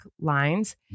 lines